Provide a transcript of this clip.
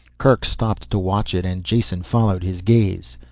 kerk stopped to watch it and jason followed his gaze.